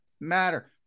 matter